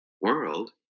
world